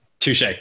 Touche